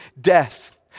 death